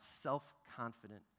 self-confident